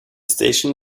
station